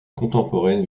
contemporaine